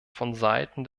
vonseiten